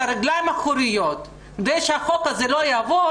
הרגליים האחוריות כדי שהחוק הזה לא יעבור.